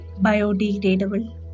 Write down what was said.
biodegradable